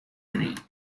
creed